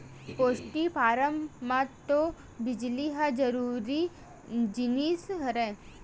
poultry farm म तो बिजली ह जरूरी जिनिस हरय